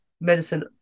medicine